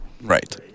Right